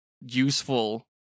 useful